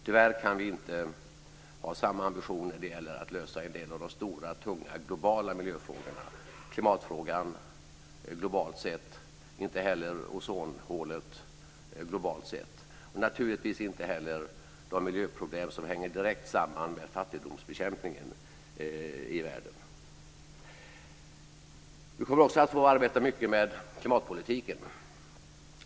Tyvärr kan vi inte ha samma ambition när det gäller att lösa en del av de stora tunga globala miljöfrågorna. Det gäller klimatfrågan globalt sett. Inte heller kan vi lösa problemet med ozonhålet globalt sett, och naturligtvis inte heller de miljöproblem som hänger direkt samman med fattigdomsbekämpningen i världen. Vi kommer också att få arbeta mycket med klimatpolitiken.